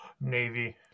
Navy